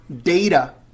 data